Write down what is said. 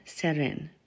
seren